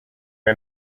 are